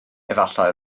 efallai